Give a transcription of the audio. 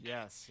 Yes